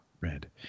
red